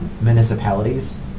municipalities